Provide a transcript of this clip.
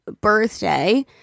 birthday